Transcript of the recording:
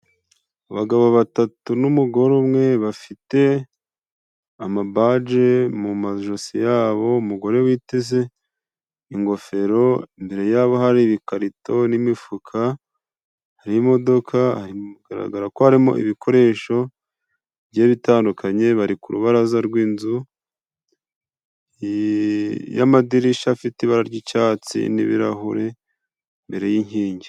Abagabo batatu n'umugore umwe, bafite amabaje mu majosi yabo umugore witeze ingofero, imbere yabo hari ikarito n'imifuka, hari imodoka biragaragara ko harimo ibikoresho bigiye bitandukanye, bari ku rubaraza rw'inzu y'amadirishya afite ibara ry'icyatsi n'ibirahuri imbere y'inkingi.